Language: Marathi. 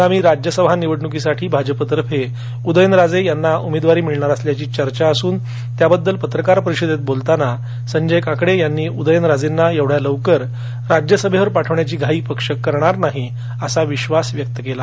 आगामी राज्यसभा निवडण्कीसाठी भाजपतर्फे उदयनराजे याना उमेदवारी मिळणार असल्याची चर्चा असून त्याबद्दल पत्रकार परिषदेत बोलताना संजय काकडे यांनी उदयनराजेंना एवढ्या लवकर राज्यसभेवर पाठवण्याची घाई पक्ष करणार नाही असा विश्वास व्यक्त केला